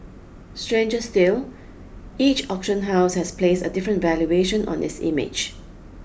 stranger still each auction house has placed a different valuation on its image